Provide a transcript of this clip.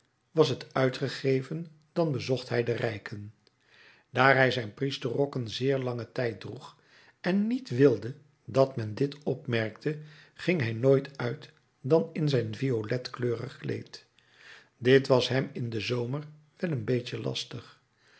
was het uitgegeven dan bezocht hij de rijken daar hij zijn priesterrokken zeer langen tijd droeg en niet wilde dat men dit opmerkte ging hij nooit uit dan in zijn violetkleurig kleed dit was hem in den zomer wel een weinig lastig